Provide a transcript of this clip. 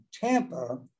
Tampa